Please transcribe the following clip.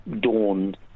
dawn